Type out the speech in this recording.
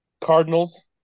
Cardinals